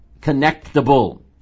connectable